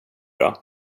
bra